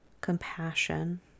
compassion